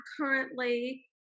currently